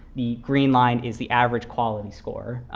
the green line is the average quality score.